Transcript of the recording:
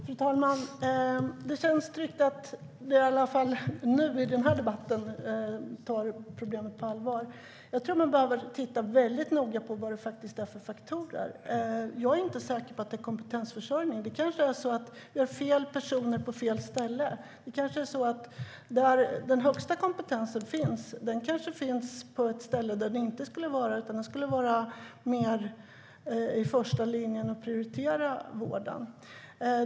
Fru talman! Det känns tryggt att vi i alla fall i den här debatten tar problemet på allvar. Jag tror att man behöver titta mycket noga på vilka faktorer det handlar om. Jag är inte säker på att det handlar om kompetensförsörjningen. Det kanske är så att det är fel personer på fel ställe. Det kanske är så att den högsta kompetensen finns på ett ställe där den inte borde vara när den borde vara i första linjen och prioritera vården.